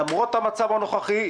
למרות המצב הנוכחי,